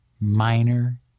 minor